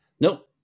Nope